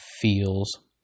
feels